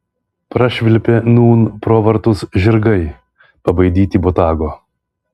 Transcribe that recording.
prašvilpė nūn pro vartus žirgai pabaidyti botago